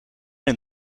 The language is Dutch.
een